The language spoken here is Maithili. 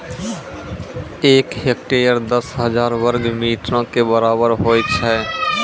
एक हेक्टेयर, दस हजार वर्ग मीटरो के बराबर होय छै